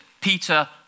Peter